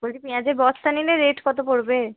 বলছি পেঁয়াজের বস্তা নিলে রেট কত পড়বে